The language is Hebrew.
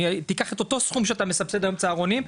תיקח את אותו סכום שאתה מסבסד היום צהרונים,